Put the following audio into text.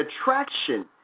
attraction